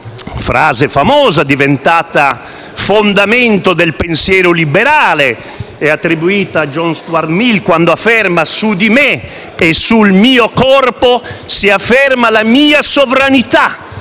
frase famosa, diventata fondamento del pensiero liberale e attribuita a John Stuart Mill, quando afferma: su di me e sul mio corpo si afferma la mia sovranità.